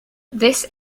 this